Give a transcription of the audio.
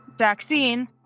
vaccine